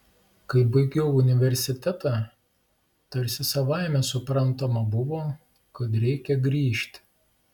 kai baigiau universitetą tarsi savaime suprantama buvo kad reikia grįžt